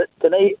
tonight